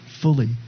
fully